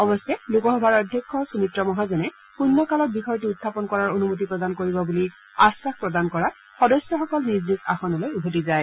অৱশ্যে লোকসভাৰ অধ্যক্ষ সূমিত্ৰা মহাজনে শূন্য কালত বিষয়টো উখাপন কৰাৰ অনুমতি প্ৰদান কৰিব বুলি আশ্বাস প্ৰদান কৰাত সদস্যসকল নিজ নিজ আসনলৈ উভতি যায়